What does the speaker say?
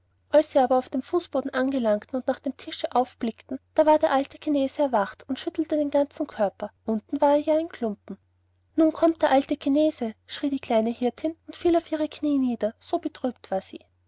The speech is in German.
als sie aber auf dem fußboden anlangten und nach dem tische hinaufblickten da war der alte chinese erwacht und schüttelte mit dem ganzen körper unten war er ja ein klumpen nun kommt der alte chinese schrie die kleine hirtin und fiel auf ihre kniee nieder so betrübt war sie